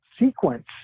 sequence